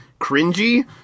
cringy